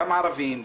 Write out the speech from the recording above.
גם ערבים,